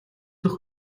дахь